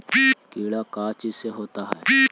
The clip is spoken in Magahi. कीड़ा का चीज से होता है?